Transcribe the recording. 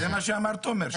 זה מה שאמר תומר.